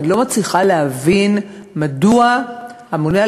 אני לא מצליחה להבין מדוע הממונה על